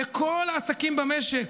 לכל העסקים במשק,